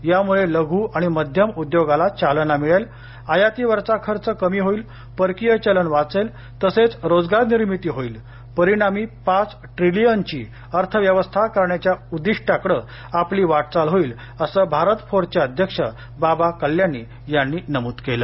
यामुळे लघु आणि मध्यम उद्योगाला चालना मिळेल आयातीवरचा खर्च कमी होईल परकीय चलन वाचेल तसेच रोजगार निर्मिती होईल परिणामी पाच ट्रिलीयनची अर्थव्यवस्था करण्याच्या उद्दिष्टाकडं आपली वाटचाल होईल असं भारत फोर्जचे अध्यक्ष बाबा कल्याणी यांनी नमूद केलं